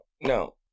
No